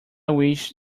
wish